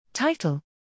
Title